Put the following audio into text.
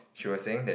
she was saying that